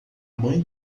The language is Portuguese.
mãe